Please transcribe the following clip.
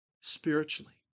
spiritually